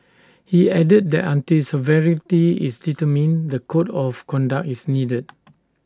he added that until sovereignty is determined the code of conduct is needed